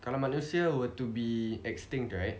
kalau manusia were to be extinct right